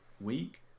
week